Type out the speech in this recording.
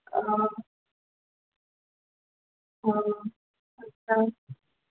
অ' অ'